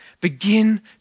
Begin